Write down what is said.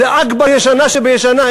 זו ישנה שבישנה.